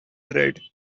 red